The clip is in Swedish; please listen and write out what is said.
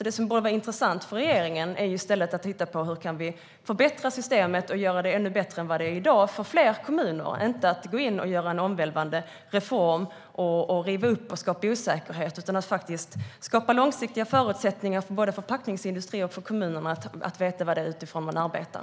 Det som borde vara intressant för regeringen är i stället att titta på hur vi kan förbättra systemet och göra det ännu bättre än vad det är i dag för fler kommuner, inte att gå in och göra en omvälvande reform, riva upp och skapa osäkerhet utan skapa långsiktiga förutsättningar för både förpackningsindustrin och kommunerna att veta utifrån vad de arbetar.